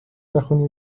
بخونی